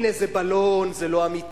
הנה, זה בלון, זה לא אמיתי.